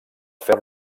fer